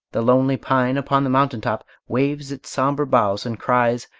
the lonely pine upon the mountain-top waves its sombre boughs, and cries,